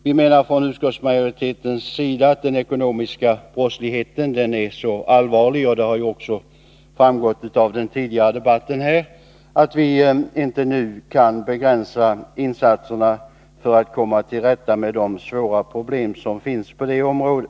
Vi menar från utskottsmajoritetens sida att den ekonomiska brottsligheten är så allvarlig — och det har ju också framgått av den tidigare debatten — att vi inte nu kan begränsa insatserna för att komma till rätta med de svåra problem som finns på det området.